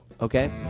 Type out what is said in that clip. Okay